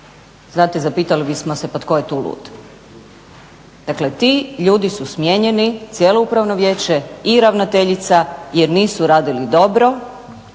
Znate, zapitali bismo se pa tko je tu lud. Dakle ti ljudi su smijenjeni, cijelo Upravno vijeće i ravnateljica jer nisu radili dobro,